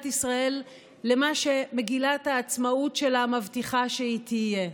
ישראל למה שמגילת העצמאות שלה מבטיחה שהיא תהיה: